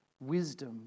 wisdom